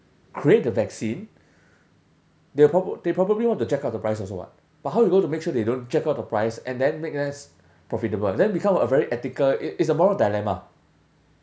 create the vaccine they proba~ they probably want to jack up the price also [what] but how you're going to make sure they don't jack up the price and then make less profitable then become a very ethical it's it's a moral dilemma